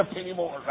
anymore